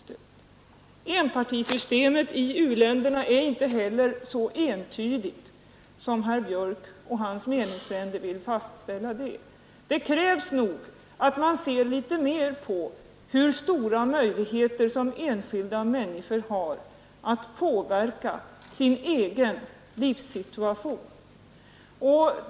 För det fjärde: Problemet om enpartisystem i u-länderna är inte heller så entydigt som herr Björck i Nässjö och hans meningsfränder vill framställa det. Det krävs nog att man ser litet mer på hur stora möjligheter som enskilda människor har att påverka sin egen livssituation.